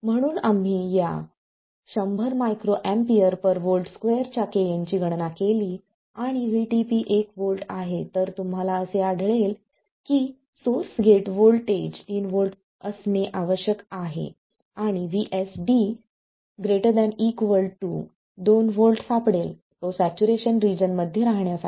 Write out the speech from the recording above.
म्हणून आम्ही या 100 µAV2च्या Kn ची गणना केली आणि VTP 1 व्होल्ट आहे तरतुम्हाला असे आढळेल की सोर्स गेट व्होल्टेज 3 व्होल्ट असणे आवश्यक आहे आणि VSD ≥ 2 V सापडेल तो सॅच्युरेशन रिजन मध्ये राहण्यासाठी